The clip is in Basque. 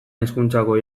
hezkuntzako